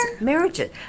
Marriages